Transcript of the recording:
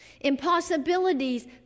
Impossibilities